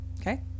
Okay